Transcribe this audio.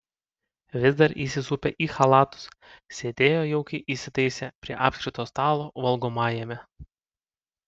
vis dar įsisupę į chalatus sėdėjo jaukiai įsitaisę prie apskrito stalo valgomajame